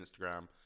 Instagram